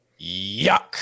Yuck